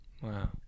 Wow